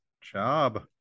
Job